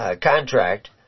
contract